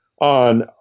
on